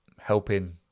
helping